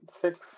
six